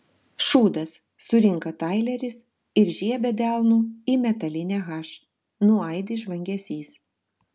šūdas surinka taileris ir žiebia delnu į metalinę h nuaidi žvangesys